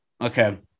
Okay